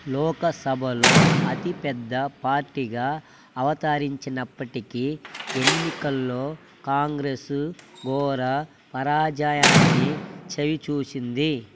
లోకసభలో అతి పెద్ద పార్టీగా అవతరించినప్పటికీ ఎన్నికల్లో కాంగ్రెస్ ఘోర పరాజయాన్ని చవిచూసింది